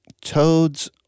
toads